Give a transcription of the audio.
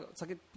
sakit